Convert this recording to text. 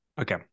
Okay